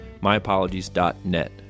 MyApologies.net